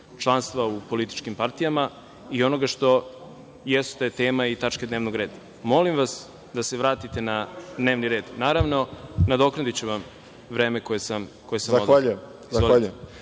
članstvo u političkim partijama i onoga što je jeste teme i tačke dnevnog reda. Molim vas da se vratite na dnevni red. Naravno nadoknadiću vam vreme. **Boško Obradović** Zahvaljujem. Nemam